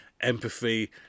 empathy